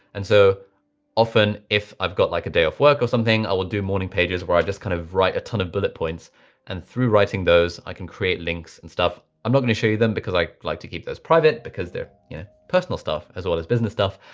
and so often if i've got like a day off work or something, i will do morning pages where i just kind of write a tonne of bullet points and through writing those, i can create links and stuff. i'm not gonna show you them because i like to keep those private because they're yeah personal stuff as well as business stuff,